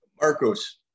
Marcos